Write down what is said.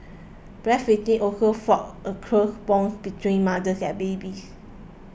breastfeeding also forges a close bond between mother and baby